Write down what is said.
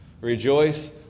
Rejoice